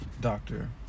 Doctor